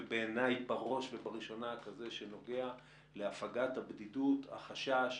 ובעיניי בראש ובראשונה כזה שנוגע להפגת הבדידות ולהקטנת החשש.